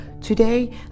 today